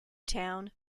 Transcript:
town